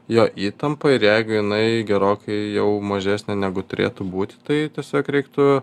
jo įtampą ir jeigu jinai gerokai jau mažesnė negu turėtų būti tai tiesiog reiktų